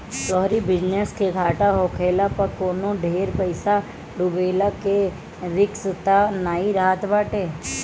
तोहरी बिजनेस के घाटा होखला पअ भी कवनो ढेर पईसा डूबला के रिस्क तअ नाइ रहत बाटे